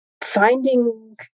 finding